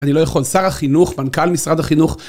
אני לא יכול, שר החינוך, מנכ״ל משרד החינוך.